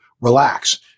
relax